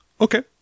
Okay